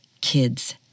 kids